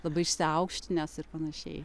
labai išsiaukštinęs ir panašiai